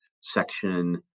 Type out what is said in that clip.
Section